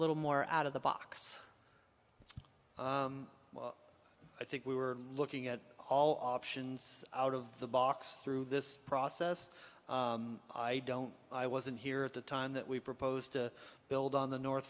little more out of the box i think we were looking at all options out of the box through this process i don't i wasn't here at the time that we proposed to build on the north